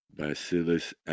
Bacillus